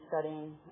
studying